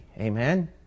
amen